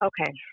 Okay